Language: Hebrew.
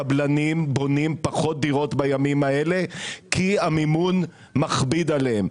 קבלנים בונים פחות דירות בימים האלה כי המימון מכביד עליהם.